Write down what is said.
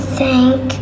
thank